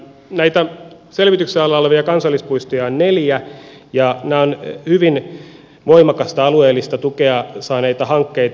näitä selvityksen alla olevia kansallispuistoja on neljä ja nämä ovat hyvin voimakasta alueellista tukea saaneita hankkeita